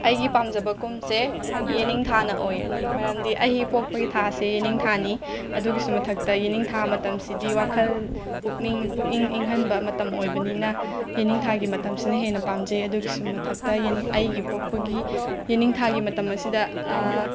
ꯑꯩꯒꯤ ꯄꯥꯝꯖꯕ ꯀꯨꯝꯁꯦ ꯌꯦꯟꯅꯤꯡꯊꯥꯅ ꯑꯣꯏꯔꯅꯤ ꯃꯔꯝꯗꯤ ꯑꯩ ꯄꯣꯛꯄꯒꯤ ꯊꯥꯁꯦ ꯌꯦꯟꯅꯤꯡꯊꯥꯅꯤ ꯑꯗꯨꯒꯤꯁꯨ ꯃꯊꯛꯇ ꯌꯦꯟꯅꯤꯡꯊꯥ ꯃꯇꯝꯁꯤꯗꯤ ꯋꯥꯈꯜ ꯄꯨꯛꯅꯤꯡ ꯄꯨꯛꯅꯤꯡ ꯏꯪꯍꯟꯕ ꯃꯇꯝ ꯑꯣꯏꯕꯅꯤꯅ ꯌꯦꯟꯅꯤꯡꯊꯥꯒꯤ ꯃꯇꯝꯁꯤꯅ ꯍꯦꯟꯅ ꯄꯥꯝꯖꯩ ꯑꯗꯨꯒꯤꯁꯨ ꯃꯊꯛꯇ ꯌꯦꯅꯤ ꯑꯩꯒꯤ ꯄꯣꯛꯄꯒꯤ ꯌꯦꯟꯅꯤꯡꯊꯥꯒꯤ ꯃꯇꯝ ꯑꯁꯤꯗ